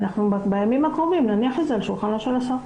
בימים הקרובים נניח את זה על שולחנו של השר.